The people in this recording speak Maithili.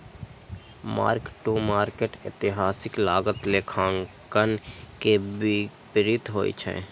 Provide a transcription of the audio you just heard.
मार्क टू मार्केट एतिहासिक लागत लेखांकन के विपरीत होइ छै